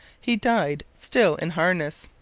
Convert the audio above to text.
he died, still in harness.